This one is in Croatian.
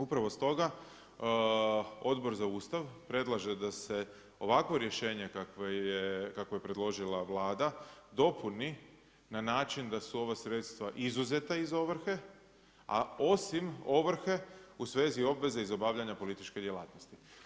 Upravo stoga Odbor za Ustav predlaže da se ovakvo rješenje kakvo je predložila Vlada dopuni na način da su ovo sredstva izuzeta iz ovrhe a osim ovrhe u svezi obveze iz obavljanja političke djelatnosti.